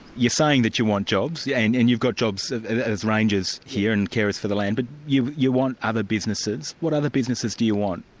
you're saying that you want jobs, yeah and and you've got jobs as rangers here and carers for the land. but you you want other businesses. what other businesses do you want?